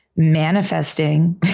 manifesting